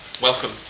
welcome